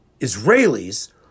Israelis